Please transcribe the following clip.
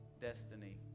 destiny